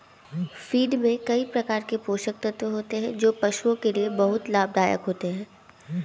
feed में कई प्रकार के पोषक तत्व होते हैं जो पशुओं के लिए बहुत लाभदायक होते हैं